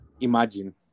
Imagine